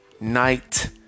night